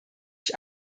ich